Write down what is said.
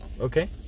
Okay